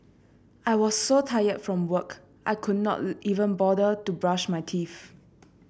I was so tired from work I could not even bother to brush my teeth